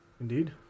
Indeed